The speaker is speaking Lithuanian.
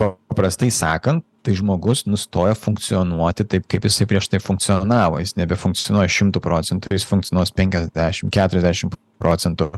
o paprastai sakant tai žmogus nustoja funkcionuoti taip kaip jisai prieš tai funkcionavo jis nebefunkcionuoja šimtu procentų jis funkcionuos penkiasdešimt keturiasdešimt procentų